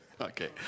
Okay